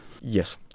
Yes